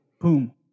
Boom